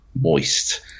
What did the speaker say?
Moist